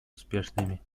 успешными